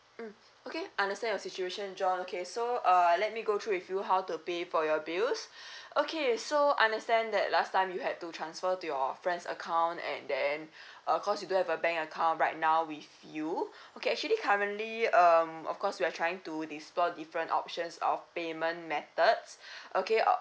mm okay understand your situation john okay so uh let me go through with you how to pay for your bills okay so understand that last time you had to transfer to your friend's account and then uh cause you don't have a bank account right now with you okay actually currently um of course you are trying to explore different options of payment methods okay